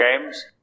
Games